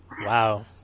Wow